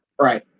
right